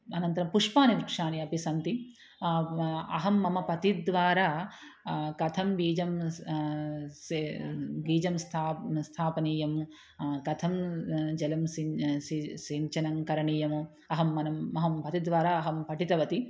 अनन्तरं पुष्पाणि वृक्षाणि अपि सन्ति अहं मम पतिद्वारा कथं बीजं से बीजं स्थाप् स्थापनीयं कथं जलं सिन् सि सिञ्चनं करणीयम् अहं मम अहं पतिद्वारा अहं पठितवती